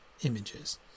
images